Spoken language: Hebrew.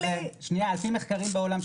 לפי מחקרים בעולם,